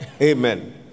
Amen